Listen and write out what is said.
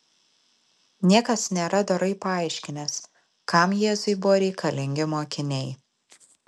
niekas nėra dorai paaiškinęs kam jėzui buvo reikalingi mokiniai